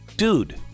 Dude